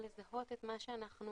לזהות את מה שאנחנו